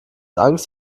angst